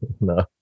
No